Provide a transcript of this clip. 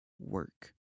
work